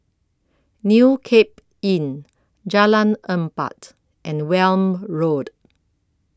New Cape Inn Jalan Empat and Welm Road